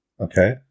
Okay